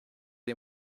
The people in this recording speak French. les